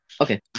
Okay